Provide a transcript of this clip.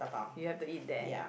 you have to eat there